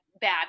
bad